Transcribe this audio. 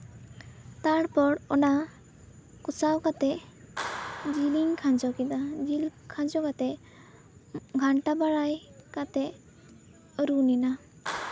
ᱛᱟᱨᱯᱚᱨ ᱚᱱᱟ ᱠᱚᱥᱟᱣ ᱠᱟᱛᱮᱫ ᱡᱤᱞᱤᱧ ᱠᱷᱟᱸᱡᱚ ᱠᱮᱫᱟ ᱡᱤᱞ ᱠᱷᱟᱸᱡᱚ ᱠᱟᱛᱮᱫ ᱜᱷᱟᱱᱴᱟ ᱵᱟᱲᱟᱭ ᱠᱟᱛᱮᱫ ᱨᱩᱱ ᱮᱱᱟ